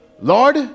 Lord